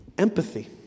Empathy